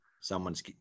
someone's